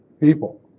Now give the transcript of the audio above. people